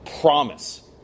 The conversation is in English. promise